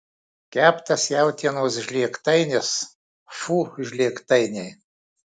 keptas jautienos žlėgtainis fu žlėgtainiai